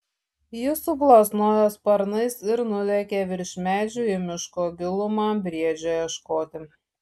jis suplasnojo sparnais ir nulėkė virš medžių į miško gilumą briedžio ieškoti